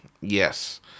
Yes